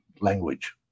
language